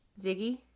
ziggy